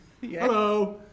Hello